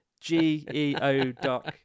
G-E-O-Duck